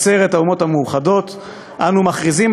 עצרת האומות המאוחדות אנו מכריזים